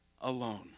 alone